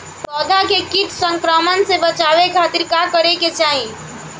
पौधा के कीट संक्रमण से बचावे खातिर का करे के चाहीं?